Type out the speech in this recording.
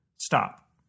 stop